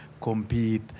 compete